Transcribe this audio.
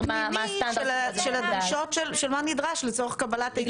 פנימי של הדרישות שאומרות מה נדרש לצורך קבלת ההיתר.